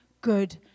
good